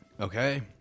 Okay